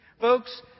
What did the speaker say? Folks